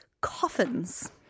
Coffins